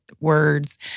words